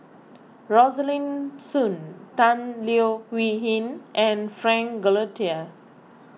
Rosaline Soon Tan Leo Wee Hin and Frank Cloutier